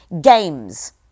games